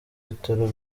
bitaro